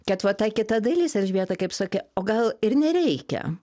kad va ta kita dalis elžbieta kaip sakė o gal ir nereikia